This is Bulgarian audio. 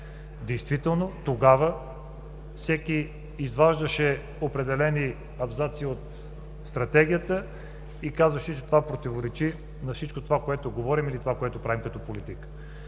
съвет. Тогава всеки изваждаше определени абзаци от Стратегията и казваше, че това противоречи на всичко, което говорим или правим като политика.